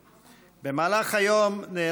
10746,